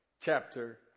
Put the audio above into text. chapter